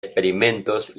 experimentos